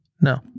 No